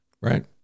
Right